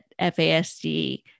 FASD